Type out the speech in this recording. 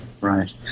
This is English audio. Right